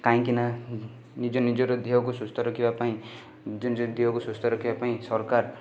କାଇଁକିନା ନିଜ ନିଜର ଦେହକୁ ସୁସ୍ଥ ରଖିବା ପାଇଁ ନିଜ ନିଜ ଦେହକୁ ସୁସ୍ଥ ରଖିବା ପାଇଁ ସରକାର